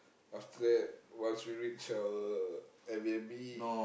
after that once we reach our air-B_N_B